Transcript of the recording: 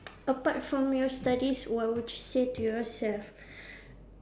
apart from your studies what would you say to yourself